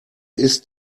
ist